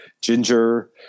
ginger